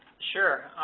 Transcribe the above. sure,